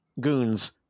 goons